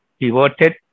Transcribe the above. devoted